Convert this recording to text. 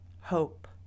hope